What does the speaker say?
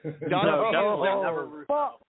No